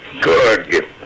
Good